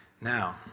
Now